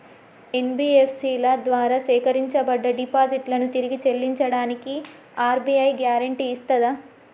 NBFC ల ద్వారా సేకరించబడ్డ డిపాజిట్లను తిరిగి చెల్లించడానికి ఆర్.బి.ఐ గ్యారెంటీ ఇస్తదా?